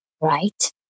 right